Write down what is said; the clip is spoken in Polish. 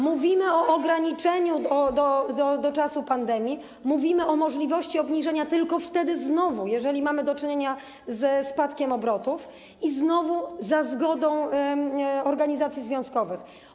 Mówimy o ograniczeniu do czasu pandemii, mówimy o możliwości obniżenia znowu tylko wtedy, jeżeli mamy do czynienia ze spadkiem obrotów i znowu za zgodą organizacji związkowych.